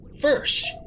First